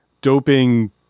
doping